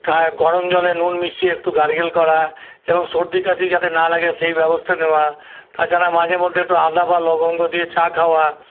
গরম জলে নুন মিশিয়ে একটু গার্গেল করা এবং সর্দি কাশি যাতে না লাগে সেই ব্যবস্থা নেওয়া আর যারা মাঝে মধ্যে একটু আদা বা লবঙ্গ দিয়ে চা খাওয়া